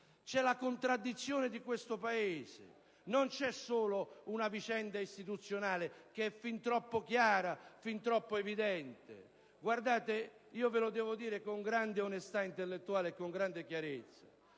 e la contraddizione di questo Paese e non solo una vicenda istituzionale fin troppo chiara ed evidente. Guardate, ve lo devo dire con grande onestà intellettuale e con grande chiarezza.